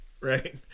right